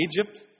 Egypt